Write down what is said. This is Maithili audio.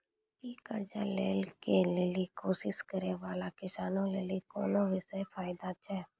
कि कर्जा लै के लेली कोशिश करै बाला किसानो लेली कोनो विशेष फायदा छै?